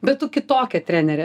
bet tu kitokia trenerė